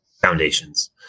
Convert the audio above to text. foundations